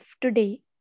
today